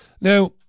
Now